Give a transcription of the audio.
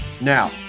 Now